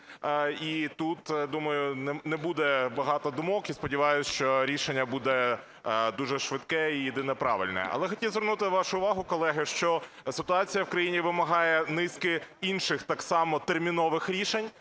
І ту, думаю, не буде багато думок і сподіваюся, що рішення буде дуже швидке і єдине, правильне. Але хотів звернути вашу увагу, колеги, що ситуація в країні вимагає низки інших так само термінових рішень.